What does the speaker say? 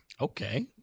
Okay